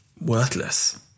worthless